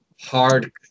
hard